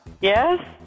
Yes